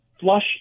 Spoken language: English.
flush